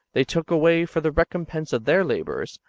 they took away for the recompense of their labours,